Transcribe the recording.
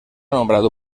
nombrado